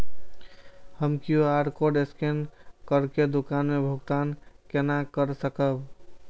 हम QR code scan करके दुकान में भुगतान केना कर सकब?